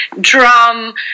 drum